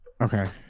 okay